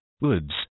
woods